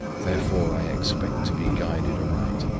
therefore i expect to be guided aright.